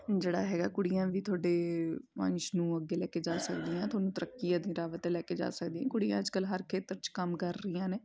ਜਿਹੜਾ ਹੈਗਾ ਕੁੜੀਆਂ ਵੀ ਤੁਹਾਡੇ ਵੰਸ਼ ਨੂੰ ਅੱਗੇ ਲੈ ਕੇ ਜਾ ਸਕਦੀਆਂ ਤੁਹਾਨੂੰ ਤਰੱਕੀਆਂ ਦੇ ਰਾਹਾਂ 'ਤੇ ਲੈ ਕੇ ਜਾ ਸਕਦੀਆਂ ਕੁੜੀਆਂ ਅੱਜ ਕੱਲ੍ਹ ਹਰ ਖੇਤਰ 'ਚ ਕੰਮ ਕਰ ਰਹੀਆਂ ਨੇ